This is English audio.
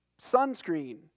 sunscreen